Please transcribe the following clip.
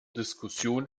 diskussion